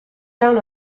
down